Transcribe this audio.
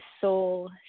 soul